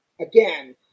again